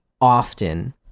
often